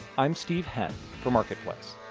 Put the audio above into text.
i'm steve henn for marketplace